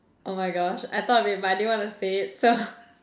oh my gosh I thought of it but I didn't want to say it so